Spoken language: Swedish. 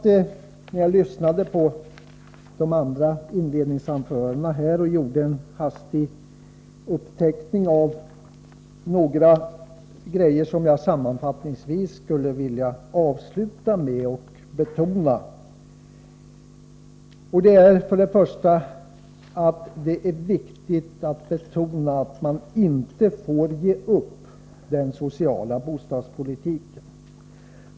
När jag lyssnade till de andra inledningsanförandena gjorde jag en hastig uppteckning av några saker som jag sammanfattningsvis skulle vilja avsluta med. Det är viktigt att betona att man inte får ge upp den sociala bostadspolitiken.